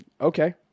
Okay